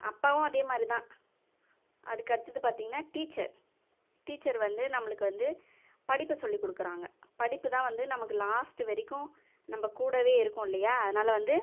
அப்பாவும் அதே மாதிரி தான் அதுக்கடுத்தது பார்த்திங்கனா டீச்சர் டீச்சர் வந்து நம்மளுக்கு வந்து படிப்பை சொல்லிக் கொடுக்குறாங்க படிப்பு தான் வந்து நமக்கு லாஸ்ட்டு வரைக்கும் நம்ம கூடவே இருக்குமில்லையா அதனால் வந்து